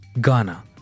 Ghana